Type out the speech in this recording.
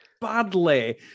badly